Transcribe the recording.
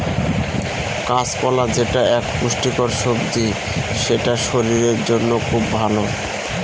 কাঁচকলা যেটা এক পুষ্টিকর সবজি সেটা শরীরের জন্য খুব ভালো